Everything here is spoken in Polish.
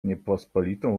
niepospolitą